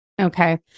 Okay